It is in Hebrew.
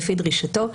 לפי דרישתו,